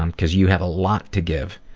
um because you have a lot to give.